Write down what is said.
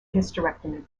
hysterectomy